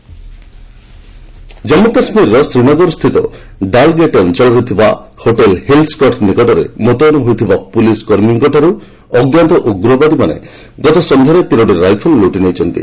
JK attack Jammu କାଶ୍ମୀରର ଶ୍ରୀନଗରସ୍ଥିତ ଡାଲଗେଟ୍ ଅଞ୍ଚଳରେ ଥିବା ହୋଟେଲ୍ ହିଲ୍ ସ୍କର୍ଟ ନିକଟରେ ମୁତୟନ ହୋଇଥିବା ପୁଲିସ୍ କର୍ମୀଙ୍କଠାରୁ ଅଜ୍ଞାତ ଉଗ୍ରବାଦୀମାନେ ଗତ ସନ୍ଧ୍ୟାରେ ତିନୋଟି ରାଇଫଲ୍ ଲୁଟି ନେଇଛନ୍ତି